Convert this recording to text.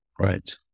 Right